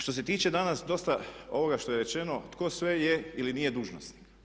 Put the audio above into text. Što se tiče danas dosta ovoga što je rečeno tko sve je ili nije dužnosnik.